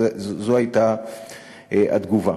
זו הייתה התגובה.